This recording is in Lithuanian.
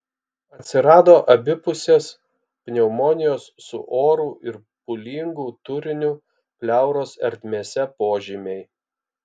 atsirado abipusės pneumonijos su oru ir pūlingu turiniu pleuros ertmėse požymiai